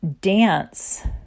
dance